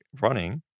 running